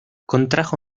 contrajo